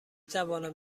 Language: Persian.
توانم